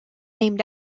named